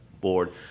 board